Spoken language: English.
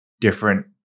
different